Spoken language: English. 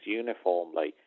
uniformly